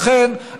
לכן,